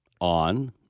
on